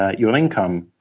ah your income,